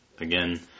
again